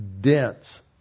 dense